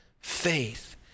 faith